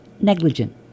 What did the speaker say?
negligent